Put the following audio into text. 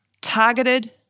targeted